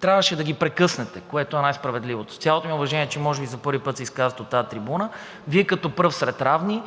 Трябваше да ги прекъснете, което е най-справедливото. С цялото ми уважение, че може би за първи път се изказват от тази трибуна, но Вие като пръв сред равни